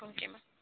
okay ma'am